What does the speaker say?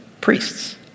priests